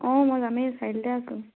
অঁ মই যামেই চাৰিআলিতে আছোঁ